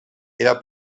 era